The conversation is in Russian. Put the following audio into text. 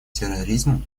терроризму